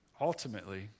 Ultimately